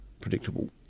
predictable